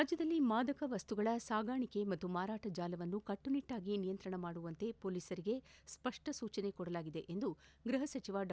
ರಾಜ್ಯದಲ್ಲಿ ಮಾದಕ ವಸ್ತುಗಳ ಸಾಗಾಣಿಕೆ ಮತ್ತು ಮಾರಾಟ ಜಾಲವನ್ನು ಕಟ್ಟುನಿಟ್ಟಾಗಿ ನಿಯಂತ್ರಣ ಮಾಡುವಂತೆ ಮೊಲೀಸರಿಗೆ ಸ್ಪಷ್ಟ ಸೂಚನೆ ಕೊಡಲಾಗಿದೆ ಎಂದು ಗೃಹಸಚವ ಡಾ